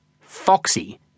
Foxy